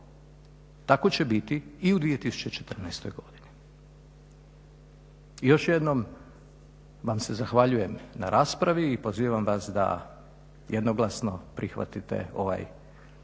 Tako će biti i u 2014.godini. Još jednom se vam se zahvaljujem na raspravi i pozivam vas da jednoglasno prihvatite